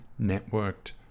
networked